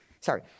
sorry